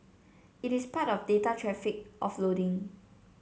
it is part of data traffic offloading